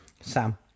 Sam